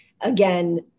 again